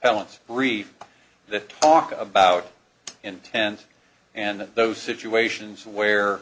balance brief that talk about intent and in those situations where